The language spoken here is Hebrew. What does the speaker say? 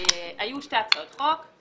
היו שתי הצעות חוק.